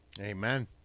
Amen